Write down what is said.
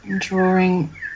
Drawing